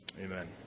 amen